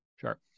Sure